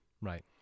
Right